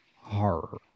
horror